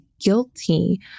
guilty